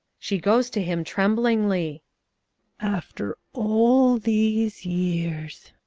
she goes to him tremblingly after all these years,